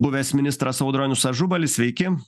buvęs ministras audronius ažubalis sveiki